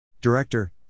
Director